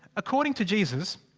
according to jesus.